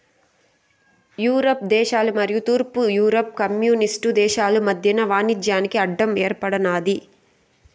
Europe దేశాలు మరియు తూర్పు యూరప్ కమ్యూనిస్టు దేశాలు మధ్యన వాణిజ్యానికి అడ్డం ఏర్పడినాది